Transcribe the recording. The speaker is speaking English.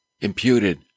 imputed